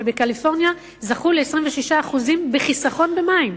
בקליפורניה זכו ל-26% של חיסכון במים,